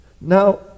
now